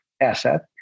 asset